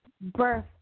birth